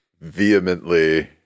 vehemently